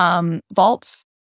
vaults